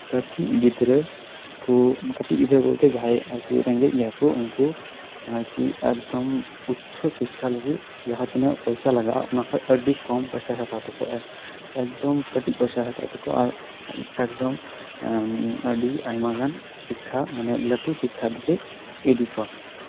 ᱠᱟᱹᱴᱤᱡ ᱜᱤᱫᱽᱨᱟᱹ ᱠᱚ ᱠᱟᱹᱴᱤᱡ ᱜᱤᱫᱽᱨᱟᱹ ᱵᱚᱞᱛᱮ ᱡᱟᱦᱟᱸᱭ ᱟᱨᱠᱤ ᱨᱮᱸᱜᱮᱡ ᱜᱮᱭᱟᱠᱚ ᱩᱱᱠᱩ ᱮᱠᱫᱚᱢ ᱩᱪᱪᱚ ᱥᱤᱠᱠᱷᱟ ᱞᱟᱹᱜᱤᱫ ᱡᱟᱦᱟᱸ ᱛᱤᱱᱟᱹᱜ ᱯᱚᱭᱥᱟ ᱞᱟᱜᱟᱜᱼᱟ ᱚᱱᱟ ᱠᱷᱚᱱ ᱟᱹᱰᱤ ᱠᱚᱢ ᱟᱨᱠᱤ ᱯᱚᱭᱥᱟᱭ ᱦᱟᱛᱟᱣ ᱛᱟᱠᱚᱣᱟ ᱮᱠᱫᱚᱢ ᱠᱟᱹᱴᱤᱡ ᱯᱚᱭᱥᱟᱭ ᱦᱟᱛᱟᱣ ᱛᱟᱠᱚᱣᱟ ᱟᱨ ᱮᱠᱫᱚᱢ ᱟᱹᱰᱤ ᱟᱭᱢᱟᱜᱟᱱ ᱥᱤᱠᱠᱷᱟ ᱢᱟᱱᱮ ᱞᱟᱹᱴᱩ ᱥᱤᱠᱠᱷᱟ ᱛᱷᱮᱠᱮ ᱤᱫᱤ ᱠᱚᱣᱟ